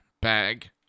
bag